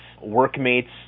workmates